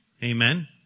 Amen